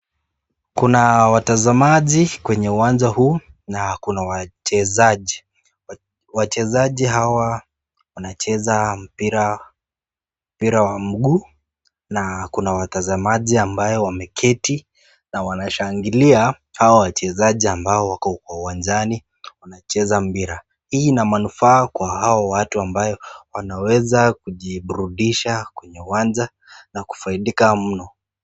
Kuna watazamaji kwenye uwanja huu na kuna wachezaji, wachezaji hawa wanacheza mpira wa mguu na kuna watazamaji ambayo wameketi na wanashangilia hawa wachezaji ambao wako kwa uwanjani wanacheza mpira. Hii ina manufaa kwa hawa watu ambayo wanaweza kujiburudisha kwenye uwanja na kufaidika mno.